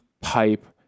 pipe